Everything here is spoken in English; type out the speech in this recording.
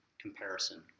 comparison